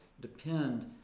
depend